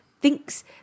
Thinks